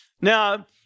Now